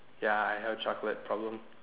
ya I have a chocolate problem